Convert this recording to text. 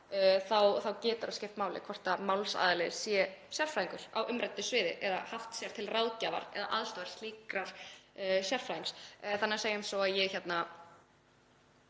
þá getur það skipt máli hvort málsaðili sé sérfræðingur á umræddu sviði eða hafi sér til ráðgjafar eða aðstoðar slíkan sérfræðing. Segjum svo að ég,